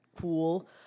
cool